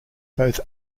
both